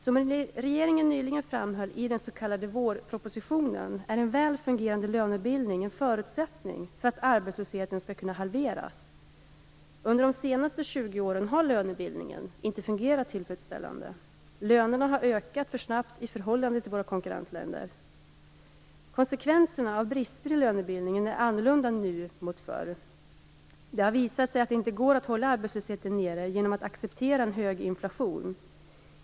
Som regeringen nyligen framhöll i den s.k. vårpropositionen, är en väl fungerande lönebildning en förutsättning för att arbetslösheten skall kunna halveras. Under de senaste 20 åren har lönebildningen inte fungerat tillfredsställande. Lönerna har ökat för snabbt i förhållande till våra konkurrentländer. Konsekvenserna av brister i lönebildningen är annorlunda nu jämfört med förr. Det har visat sig att det inte går att hålla arbetslösheten nere genom att acceptera en hög inflation.